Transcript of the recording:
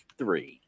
three